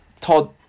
Todd